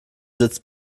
sitzt